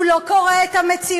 הוא לא קורא את המציאות,